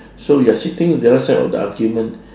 so you are sitting the other side of the argument